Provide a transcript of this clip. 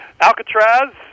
Alcatraz